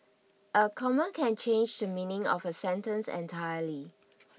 a comma can change the meaning of a sentence entirely